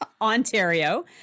Ontario